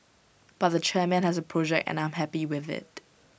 but the chairman has A project and I am happy with IT